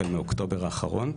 החל מאוקטובר האחרון.